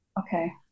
Okay